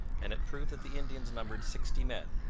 and it proved that the indians numbered sixty men,